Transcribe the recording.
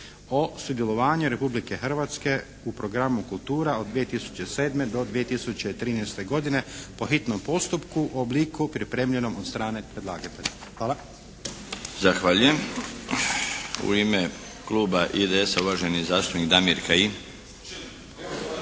o sudjelovanju Republike Hrvatske u programu kultura (od 2007. do 2013. godine) po hitnom postupku u obliku pripremljenom od strane predlagatelja. Hvala. **Milinović, Darko (HDZ)** Zahvaljujem. U ime kluba IDS-a, uvaženi zastupnik Damir Kajin.